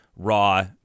raw